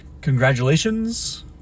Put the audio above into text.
Congratulations